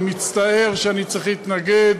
אני מצטער שאני צריך להתנגד,